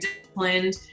disciplined